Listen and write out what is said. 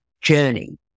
journey